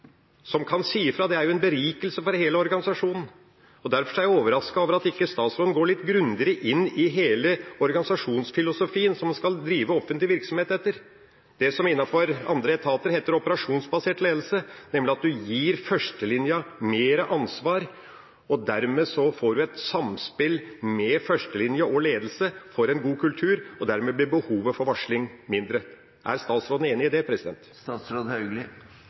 som kan si fra. Det er jo en berikelse for hele organisasjonen. Derfor er jeg overrasket over at statsråden ikke går litt mer grundig inn i hele organisasjonsfilosofien som man skal drive offentlig virksomhet etter – det som innen andre etater heter operasjonsbasert ledelse – nemlig at man gir førstelinja mer ansvar og dermed får et samspill mellom førstelinja og ledelsen for å få en god kultur. Dermed vil det bli mindre behov for varsling. Er statsråden enig i det?